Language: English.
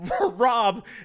rob